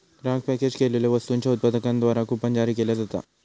ग्राहक पॅकेज केलेल्यो वस्तूंच्यो उत्पादकांद्वारा कूपन जारी केला जाता